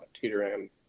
teetering